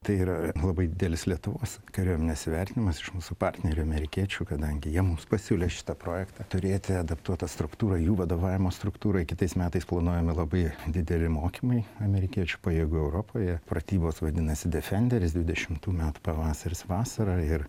tai yra labai didelis lietuvos kariuomenės įvertinimas iš mūsų partnerių amerikiečių kadangi jie mums pasiūlė šitą projektą turėti adaptuotą struktūrą jų vadovavimo struktūroj kitais metais planuojami labai dideli mokymai amerikiečių pajėgų europoje pratybos vadinasi defenderis dvidešimtų metų pavasaris vasara ir